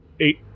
Eight